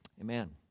amen